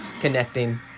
connecting